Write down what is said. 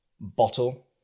bottle